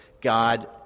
God